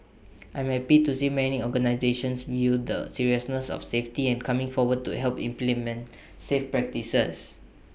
I am happy to see many organisations view the seriousness of safety and coming forward to help implement safe practices